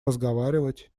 разговаривать